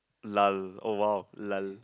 lah oh !wow! lah